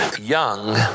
young